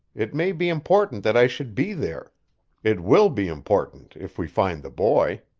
it may be important that i should be there it will be important if we find the boy.